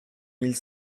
mille